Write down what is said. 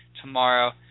tomorrow